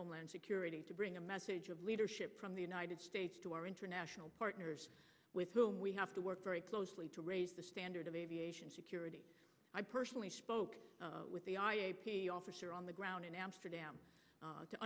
homeland security to bring a message of leadership from the united states to our international partners with whom we have to work very closely to raise the standard of aviation security i personally spoke with the officer on the ground in amsterdam